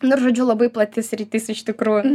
nu ir žodžiu labai plati sritis iš tikrųjų